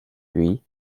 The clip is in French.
puis